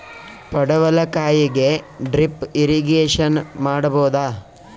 ಪಡವಲಕಾಯಿಗೆ drip irrigation ಮಾಡಬೋದ?